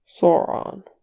Sauron